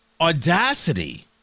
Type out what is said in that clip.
Audacity